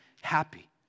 happy